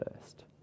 first